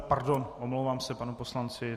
Pardon, omlouvám se panu poslanci.